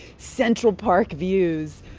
central park views,